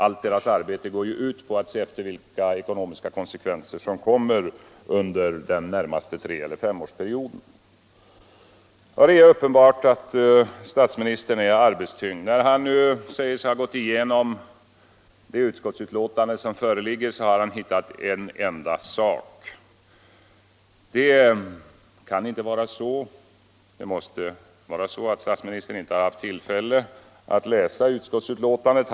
Allt deras arbete går ju ut på att se efter vilka ekonomiska konsekvenser som kommer den närmaste treeller femårsperioden. Det är uppenbart att statsministern är arbetstyngd. Han säger sig ha gått igenom det föreliggande utskottsbetänkandet och har hittat en enda gemensam sak för borgerligheten. Det måste vara så att statsministern inte haft tillfälle att läsa betänkandet.